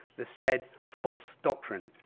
the said false doctrine.